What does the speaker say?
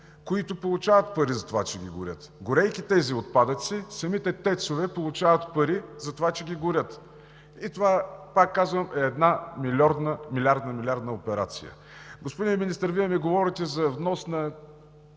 които получават пари за това, че ги горят. Горейки тези отпадъци, самите ТЕЦ-ове получават пари, че ги горят. Това, пак казвам, е една милиардна, милиардна операция. Господин Министър, Вие ми говорите за внос на